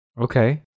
Okay